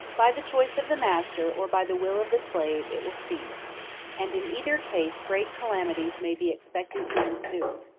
by the choice of the master, or by the will of the slave, it will cease and in either case great calamities may be expected to ensue.